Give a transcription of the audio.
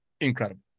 incredible